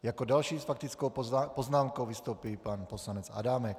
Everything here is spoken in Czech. Jako další s faktickou poznámkou vystoupí pan poslanec Adámek.